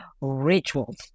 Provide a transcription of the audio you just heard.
rituals